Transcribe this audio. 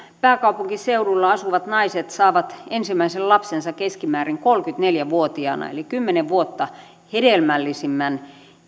pääkaupunkiseudulla asuvat naiset saavat ensimmäisen lapsensa keskimäärin kolmekymmentäneljä vuotiaana eli kymmenen vuotta hedelmällisimmän